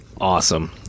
Awesome